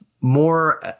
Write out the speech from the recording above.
more